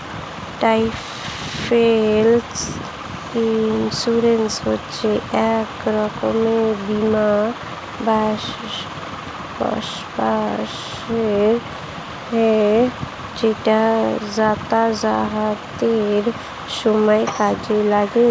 travel insurance হচ্ছে এক রকমের বীমা ব্যবস্থা যেটা যাতায়াতের সময় কাজে লাগে